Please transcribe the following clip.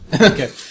Okay